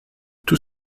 tout